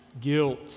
Guilt